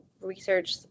research